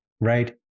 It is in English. right